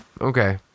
Okay